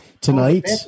tonight